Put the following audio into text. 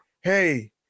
hey